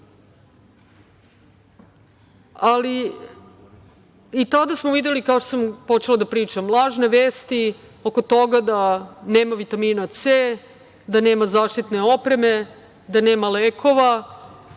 i tada smo videli, kao što sam počela da pričam, lažne vesti oko toga da nema vitamina C, da nema zaštitne opreme, da nema lekova,